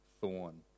thorn